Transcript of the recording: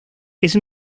ese